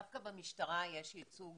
דווקא במשטרה יש ייצוג